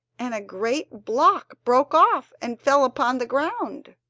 and a great block broke off and fell upon the ground.